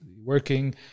working